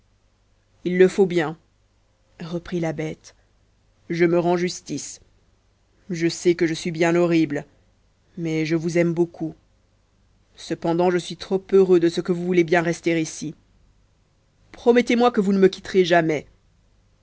il le faut bien reprit la bête je me rends justice je sais que je suis bien horrible mais je vous aime beaucoup cependant je suis trop heureux de ce que vous voulez bien rester ici promettez-moi que vous ne me quitterez jamais